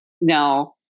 No